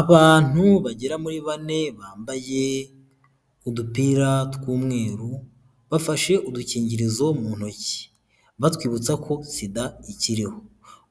Abantu bagera muri bane bambaye udupira tw'umweru bafashe udukingirizo mu ntoki batwibutsa ko sida ikiriho,